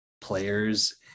players